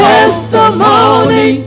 Testimony